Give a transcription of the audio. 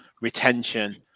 retention